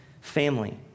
family